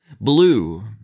blue